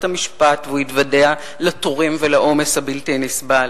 המשפט והוא יתוודע לתורים ולעומס הבלתי נסבל.